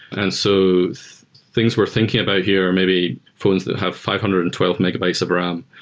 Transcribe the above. and so things we're thinking about here, maybe phones that have five hundred and twelve megabytes of ram,